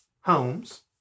homes